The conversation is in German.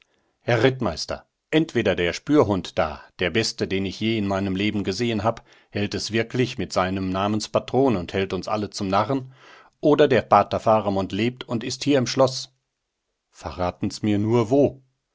herr rittmeister entweder der spürhund da der beste den ich je in meinem leben gesehen hab hält es wirklich mit seinem namenspatron und hält uns alle zum narren oder der pater faramund lebt und ist hier im schloß verraten's mir nur wo